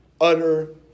utter